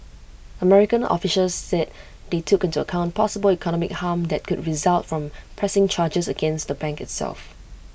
American officials said they took into account possible economic harm that could result from pressing charges against the bank itself